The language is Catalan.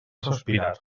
sospirar